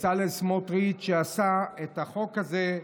בצלאל סמוטריץ', שעשה את החוק הזה,